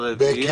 רגע, מיקי,